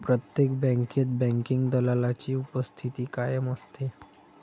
प्रत्येक बँकेत बँकिंग दलालाची उपस्थिती कायम असते